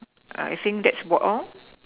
I think that's about all